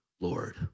Lord